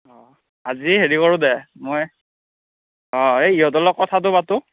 অঁ আজি হেৰি কৰোঁ দে মই অঁ এই ইহঁতৰ লগত কথাটো পাতোঁ